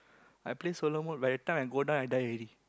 I play solo mode by the time I go down I die already